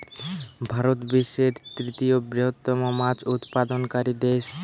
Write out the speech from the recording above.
ভারত বিশ্বের তৃতীয় বৃহত্তম মাছ উৎপাদনকারী দেশ